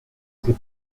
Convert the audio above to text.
c’est